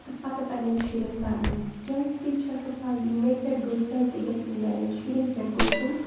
تہٕ پَتہٕ پنٛنٮ۪ن شُرٮ۪ن پرناوان کیٛازِ تٔمِس چھِ آسان پاے یہِ مےٚ پٮ۪ٹھ گُزریا تہِ گژھِ نہٕ میٛانٮ۪ن شُرٮ۪ن پٮ۪ٹھ گُزرِنۍ